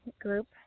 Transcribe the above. group